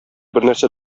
бернәрсә